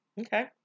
Okay